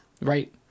Right